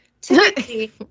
Typically